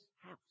house